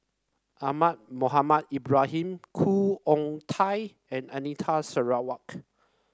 Ahmad Mohamed Ibrahim Khoo Oon Teik and Anita Sarawak